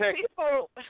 people